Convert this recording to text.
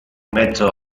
mezzo